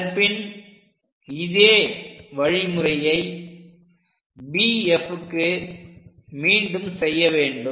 அதன் பின் இதே வழிமுறையை BFக்கு மீண்டும் செய்ய வேண்டும்